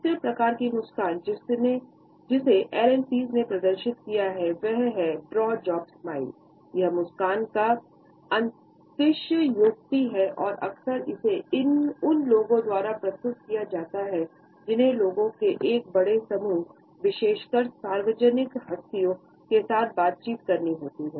तीसरे प्रकार की मुस्कान जिसे एलन पीज़ ने प्रदर्शित किया है वह है ड्रॉप जॉ मुस्कानDrop Jaw यह मुस्कान का अतिशयोक्ति है और अक्सर इसे उन लोगों द्वारा प्रस्तुत किया जाता है जिन्हें लोगों के एक बड़े समूह विशेषकर सार्वजनिक हस्तियों के साथ बातचीत करनी होती है